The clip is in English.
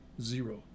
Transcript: zero